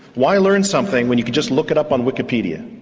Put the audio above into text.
why learn something when you can just look it up on wikipedia?